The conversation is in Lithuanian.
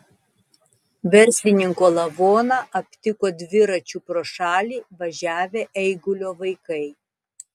verslininko lavoną aptiko dviračiu pro šalį važiavę eigulio vaikai